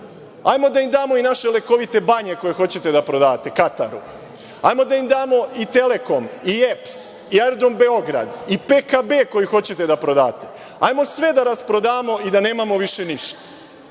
Hajde da im damo i naše lekovite banje, koje hoćete da prodate, kad, tad. Hajde da im damo i Telekom i EPS, i Aerodrom Beograd, i PKB, koji hoćete da prodate, hajde sve da rasprodamo, i da nemamo više ništa.